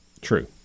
True